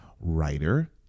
writer